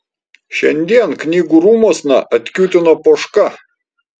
šiandien knygų rūmuosna atkiūtino poška